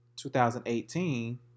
2018